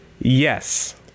Yes